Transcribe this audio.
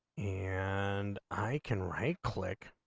and i can right click